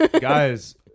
Guys